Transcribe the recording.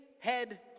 head